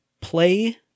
play